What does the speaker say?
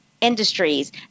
industries